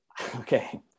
Okay